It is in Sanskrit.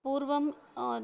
पूर्वं